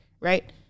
right